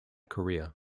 career